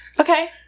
Okay